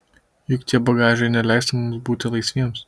juk tie bagažai neleistų mums būti laisviems